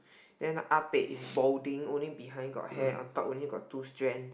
then Ah Pek is balding only behind got hair on top only got two strand